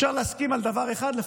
אפשר להסכים על דבר אחד לפחות: